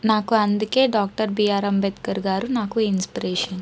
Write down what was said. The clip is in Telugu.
నాకు అందుకే డాక్టర్ బిఆర్ అంబేద్కర్ గారు నాకు ఇన్స్పిరేషన్